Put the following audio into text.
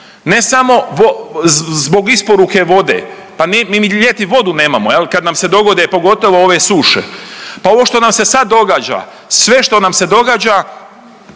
ne samo zbog isporuke vode, pa mi ljeti vodu nemamo jel kad nam se dogode pogotovo ove suše, pa ovo što nam se sad događa, sve što nam se događa